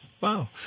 Wow